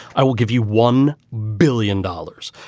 i will give you one billion dollars.